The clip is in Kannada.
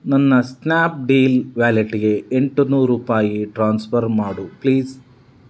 ನನ್ನ ಸ್ನ್ಯಾಪ್ಡೀಲ್ ವ್ಯಾಲೆಟ್ಟಿಗೆ ಎಂಟು ನೂರು ರೂಪಾಯಿ ಟ್ರಾನ್ಸ್ಫರ್ ಮಾಡು ಪ್ಲೀಸ್